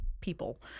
people